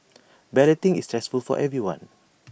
balloting is stressful for everyone